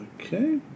Okay